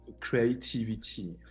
creativity